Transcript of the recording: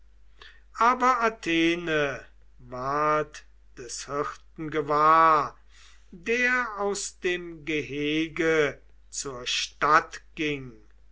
aber athene ward des hirten gewahr der aus dem gehege zur stadt ging